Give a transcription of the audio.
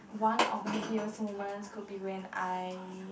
one of my happiest moments could be when I